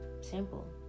Simple